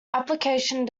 application